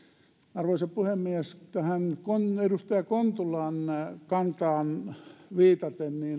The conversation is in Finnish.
arvoisa puhemies tähän edustaja kontulan kantaan viitaten